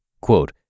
quote